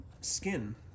skin